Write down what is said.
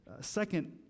second